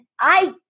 I-